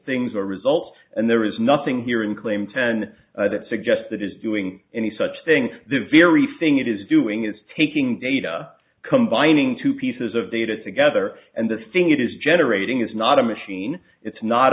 things or result and there is nothing here in claim ten that suggests that is doing any such thing the very thing it is doing is taking data combining two pieces of data together and the thing it is generating is not a machine it's not